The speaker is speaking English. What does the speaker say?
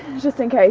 just in case,